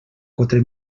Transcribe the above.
quatre